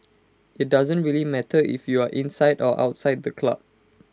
IT doesn't really matter if you are inside or outside the club